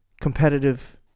competitive